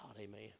Amen